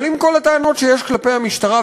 אבל עם כל הטענות שיש כלפי המשטרה,